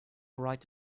right